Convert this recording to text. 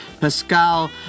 Pascal